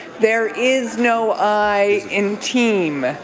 there is no i in team.